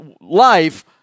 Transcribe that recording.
life